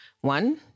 One